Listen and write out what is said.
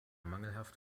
mangelhaft